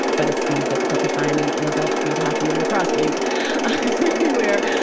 but it's, you know, difficult to find in an adult field hockey or lacrosse league anywhere.